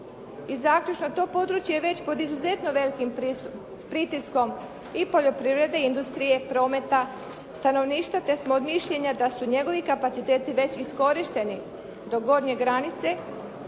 I zaključno, to područje je već pod izuzetno velikim pritiskom i poljoprivrede i industrije, prometa, stanovništva, te smo mišljenja da su njegovi kapaciteti već iskorišteni do gornje granice,